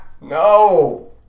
No